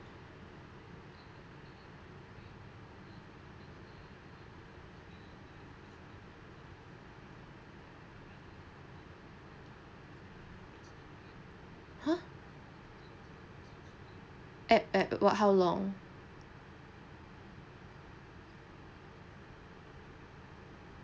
(huh) at at how long